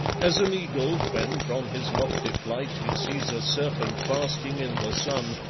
as an eagle, when from his lofty flight he sees a serpent basking in the sun,